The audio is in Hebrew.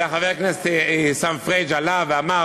חבר הכנסת עיסאווי פריג' עלה ואמר